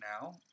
now